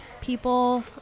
people